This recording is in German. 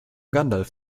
gandalf